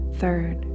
third